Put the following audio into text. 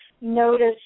notice